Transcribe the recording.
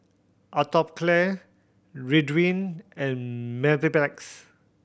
Atopiclair Ridwind and Mepilex